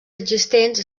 existents